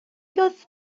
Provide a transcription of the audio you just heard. oedd